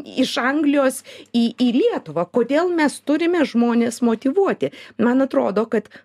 iš anglijos į į lietuvą kodėl mes turime žmones motyvuoti man atrodo kad